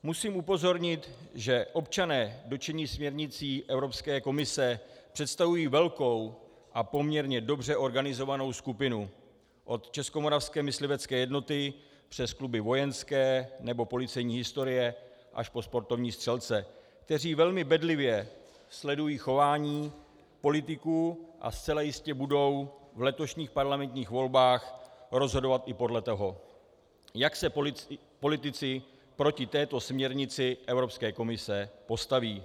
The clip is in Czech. Musím upozornit, že občané dotčení směrnicí Evropské komise představují velkou a poměrně dobře organizovanou skupinu od Českomoravské myslivecké jednoty přes kluby vojenské nebo policejní historie až po sportovní střelce, kteří velmi bedlivě sledují chování politiků a zcela jistě budou v letošních parlamentních volbách rozhodovat i podle toho, jak se politici proti této směrnici Evropské komise postaví.